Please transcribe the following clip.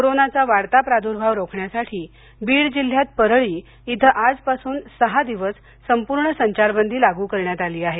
कोरोनाचा वाढता प्रादूर्भाव रोखण्यासाठी बीड जिल्ह्यात परळी इथ आज पासून सहा दिवस संपूर्ण संचार बंदी लागू करण्यात आली आहे